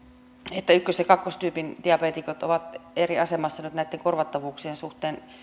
että ykkös ja kakkostyypin diabeetikot ovat eri asemassa nyt näitten korvattavuuksien suhteen